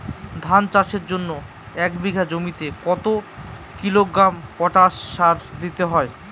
ধান চাষের জন্য এক বিঘা জমিতে কতো কিলোগ্রাম পটাশ সার দিতে হয়?